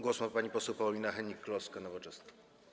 Głos ma pani poseł Paulina Hennig-Kloska, Nowoczesna.